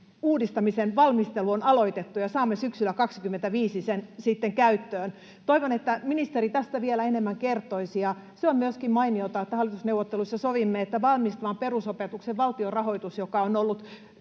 uudistamisen valmistelu on aloitettu ja saamme syksyllä 25 sen sitten käyttöön. Toivon, että ministeri tästä vielä enemmän kertoisi. Myöskin se on mainiota, että hallitusneuvotteluissa sovimme, että kun valmistavan perusopetuksen valtionrahoitus on ollut